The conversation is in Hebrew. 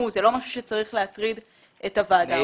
וזה לא משהו שצריך להטריד את הוועדה.